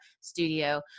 studio